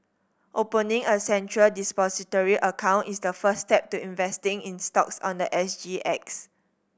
opening a Central Depository account is the first step to investing in stocks on the S G X